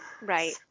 Right